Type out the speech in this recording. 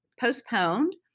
postponed